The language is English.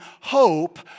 hope